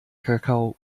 kakao